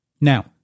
Now